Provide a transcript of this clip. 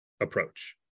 approach